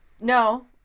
No